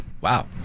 wow